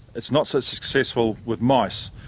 it's not so successful with mice,